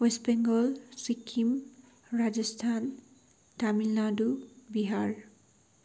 West Bengal Sikkim Rajasthan Tamil Nadu Bihar